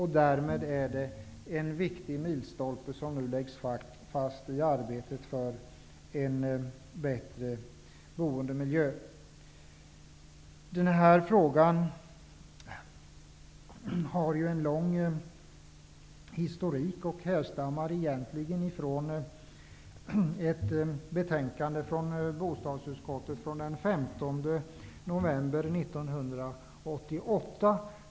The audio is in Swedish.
Därmed är det en viktig milstolpe som nu läggs fast i arbetet för en bättre boendemiljö. Den här frågan har ju en lång historik och härstammar egentligen ifrån ett betänkande från bostadsutskottet daterat den 15 november 1988.